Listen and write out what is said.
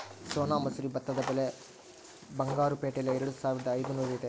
ಸೋನಾ ಮಸೂರಿ ಭತ್ತದ ಬೆಲೆ ಬಂಗಾರು ಪೇಟೆಯಲ್ಲಿ ಎರೆದುಸಾವಿರದ ಐದುನೂರು ಇದೆ